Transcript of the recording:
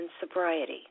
sobriety